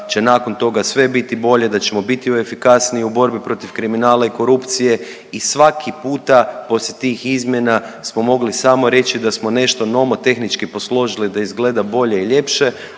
će nakon toga sve biti bolje, da ćemo biti efikasniji u borbi protiv kriminala i korupcije i svaki puta poslije tih izmjena smo mogli samo reći da smo nešto nomotehnički posložili da izgleda bolje i ljepše,